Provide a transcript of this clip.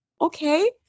okay